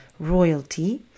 royalty